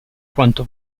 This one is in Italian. quanto